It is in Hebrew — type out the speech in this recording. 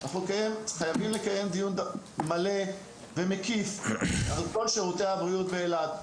אנחנו חייבים לקיים דיון מלא ומקיף על כל שירותי הבריאות באילת,